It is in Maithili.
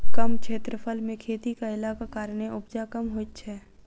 कम क्षेत्रफल मे खेती कयलाक कारणेँ उपजा कम होइत छै